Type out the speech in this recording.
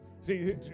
See